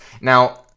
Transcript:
Now